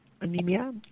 anemia